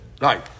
Right